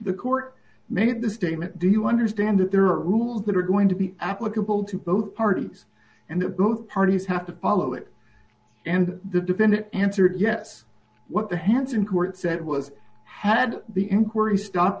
the court made the statement do you understand that there are rules that are going to be applicable to both parties and that both parties have to follow it and the defendant answered yes what the hanson court said was had the inquiry stopped